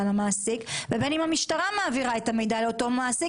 למעסיק ובין אם המשטרה מעבירה את המידע למעסיק,